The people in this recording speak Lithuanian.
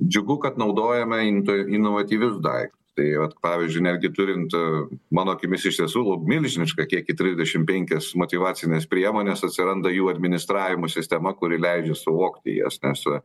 džiugu kad naudojame into inovatyvius daiktus tai vat pavyzdžiui netgi turint mano akimis iš tiesų lab milžinišką kiekį trisdešimt penkias motyvacines priemones atsiranda jų administravimo sistema kuri leidžia suvokti jas nes